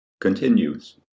Continues